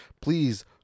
please